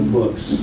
books